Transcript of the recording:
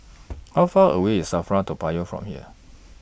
How Far away IS SAFRA Toa Payoh from here